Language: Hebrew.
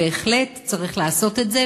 ובהחלט צריך לעשות את זה,